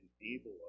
enable